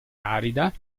arida